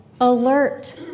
alert